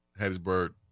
Hattiesburg